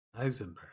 Eisenberg